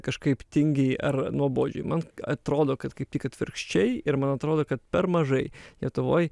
kažkaip tingiai ar nuobodžiai man atrodo kad kaip tik atvirkščiai ir man atrodo kad per mažai lietuvoj